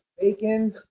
bacon